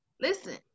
listen